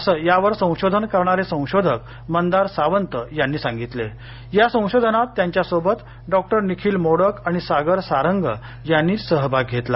असं यावर संशोधन करणारे संशोधक मंदार सावंत यांनी सांगितले या संशोधनात त्यांच्या सोबत डॉक्टर निखिल मोडक आणि सागर सारंग यांनी सहभाग घेतला